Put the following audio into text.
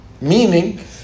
Meaning